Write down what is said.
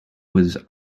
was